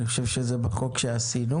אני חושב שזה בחוק שעשינו.